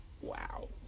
Wow